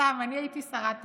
אני הייתי שרת האנרגיה,